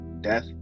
death